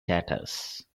tatters